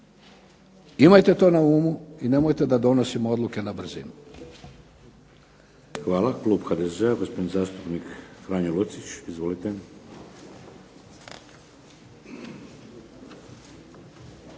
Imajte to na umu i nemojte da donosimo odluke na brzinu.